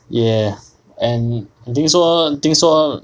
ya and 听说听说